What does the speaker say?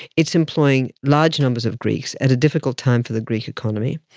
it's employing large numbers of greeks at a difficult time for the greek economy,